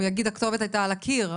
הוא יגיד הכתובת הייתה על הקיר.